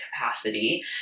capacity